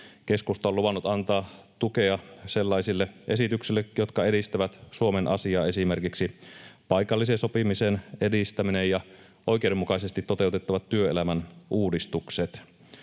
Keskusta on luvannut antaa tukea sellaisille esityksille, jotka edistävät Suomen asiaa, esimerkiksi paikallisen sopimisen edistäminen ja oikeudenmukaisesti toteutettavat työelämän uudistukset.